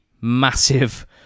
massive